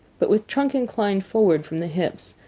but with trunk inclined forward from the hips,